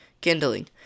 kindling